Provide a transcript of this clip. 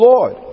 Lord